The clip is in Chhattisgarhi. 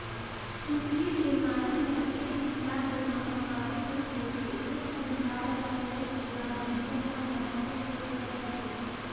छूतही बेमारी हर एक हिसाब ले महामारी कस होथे एक ठन गाय ल होय के बाद दूसर मन ल घलोक होय बर धर लेथे